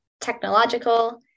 technological